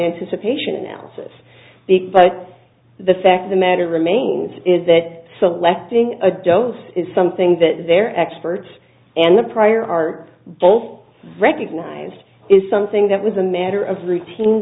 anticipation analysis but the fact the matter remains is that selecting a dose is something that their experts and the prior are both recognized is something that was a matter of routine